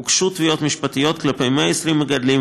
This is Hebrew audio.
הוגשו תביעות משפטיות כלפי 120 מגדלים,